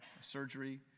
surgery